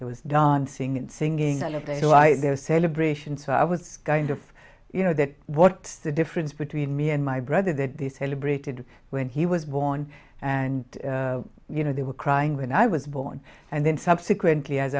there was dancing and singing i'll tell you why there are celebrations so i was kind of you know that what's the difference between me and my brother that they celebrated when he was born and you know they were crying when i was born and then subsequently as